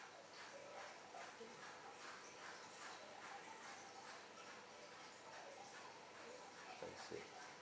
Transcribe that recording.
I see